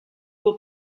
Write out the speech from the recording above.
will